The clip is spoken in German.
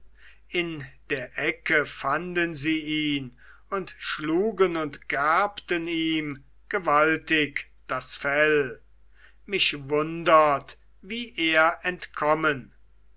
in der ecke fanden sie ihn und schlugen und gerbten ihm gewaltig das fell mich wundert wie er entkommen